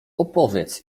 opowiedz